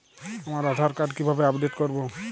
আমার আধার কার্ড কিভাবে আপডেট করব?